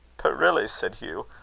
but really, said hugh,